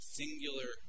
singular